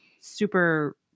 super